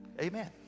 amen